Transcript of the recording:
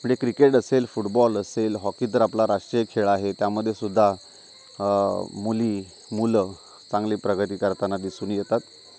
cricket असेल football असेल hockey तर आपला राष्ट्रीय खेळ आहे त्यामध्ये सुद्धा मुली मुलं चांगली प्रगती करताना दिसून येतात